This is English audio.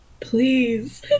please